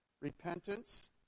Repentance